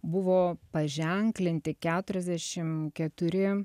buvo paženklinti keturiasdešim keturi